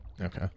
Okay